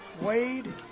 Wade